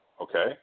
Okay